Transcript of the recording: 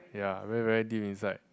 ya very very deep inside